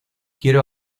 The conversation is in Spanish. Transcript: quiero